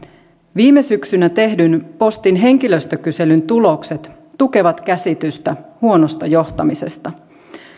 viime syksynä tehdyn postin henkilöstökyselyn tulokset tukevat käsitystä huonosta johtamisesta